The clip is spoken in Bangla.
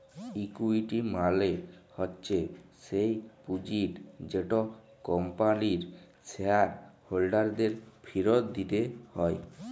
ইকুইটি মালে হচ্যে স্যেই পুঁজিট যেট কম্পানির শেয়ার হোল্ডারদের ফিরত দিতে হ্যয়